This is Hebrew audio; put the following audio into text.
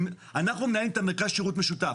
אנחנו מנהלים את מרכז השירות המשותף.